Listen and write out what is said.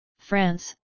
France